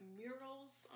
murals